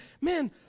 man